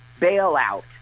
Bailout